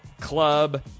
club